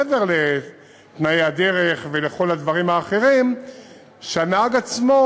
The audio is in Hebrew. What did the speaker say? מעבר לתנאי הדרך ולכל הדברים האחרים שהנהג עצמו,